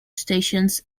stations